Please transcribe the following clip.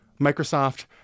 Microsoft